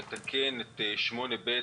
שמתקן את סעיף 8ב,